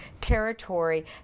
territory